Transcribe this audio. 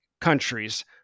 countries